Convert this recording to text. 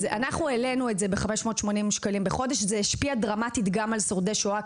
העלינו את זה ב-580 שקלים בחודש וזה השפיע דרמטית גם על שורדי שואה,